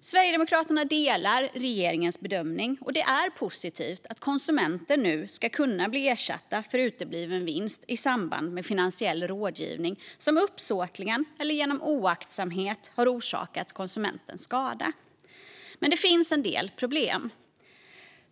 Sverigedemokraterna delar regeringens bedömning. Det är positivt att konsumenter nu ska kunna bli ersatta för utebliven vinst i samband med finansiell rådgivning som uppsåtligen eller genom oaktsamhet har orsakat konsumenten skada. Men det finns en del problem.